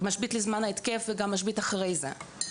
משבית לזמן ההתקף וגם משבית אחרי זה.